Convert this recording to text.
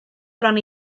bron